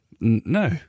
No